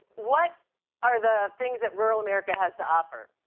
what are the things that rural america has to offer?